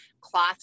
cloth